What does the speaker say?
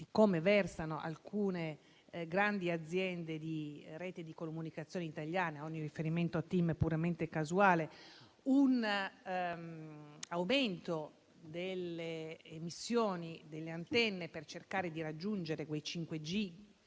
in cui versano alcune grandi aziende di comunicazione italiana (ogni riferimento a TIM è puramente casuale), un aumento delle emissioni delle antenne, per cercare di raggiungere quei 5G